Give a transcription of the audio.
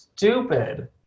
Stupid